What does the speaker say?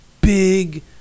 big